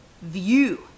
view